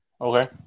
Okay